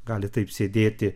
gali taip sėdėti